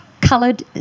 coloured